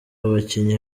bakinnyi